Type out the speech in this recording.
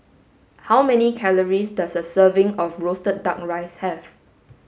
how many calories does a serving of roasted duck rice have